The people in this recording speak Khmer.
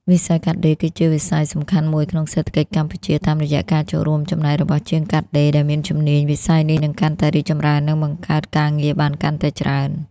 វិស័យកាត់ដេរគឺជាវិស័យសំខាន់មួយក្នុងសេដ្ឋកិច្ចកម្ពុជា តាមរយៈការចូលរួមចំណែករបស់ជាងកាត់ដេរដែលមានជំនាញ វិស័យនេះនឹងកាន់តែរីកចម្រើន និងបង្កើតការងារបានកាន់តែច្រើន។